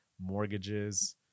mortgages